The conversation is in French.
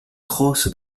crosse